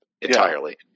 entirely